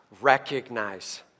recognize